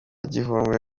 gihundwe